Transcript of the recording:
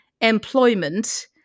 employment